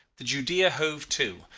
the judea, hove to,